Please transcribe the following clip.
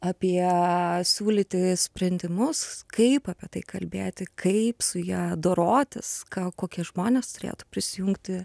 apie siūlyti sprendimus kaip apie tai kalbėti kaip su ja dorotis ką kokie žmonės turėtų prisijungti